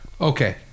okay